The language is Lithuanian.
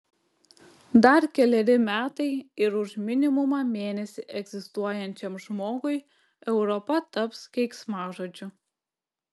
dar keleri metai ir už minimumą mėnesį egzistuojančiam žmogui europa taps keiksmažodžiu